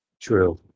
true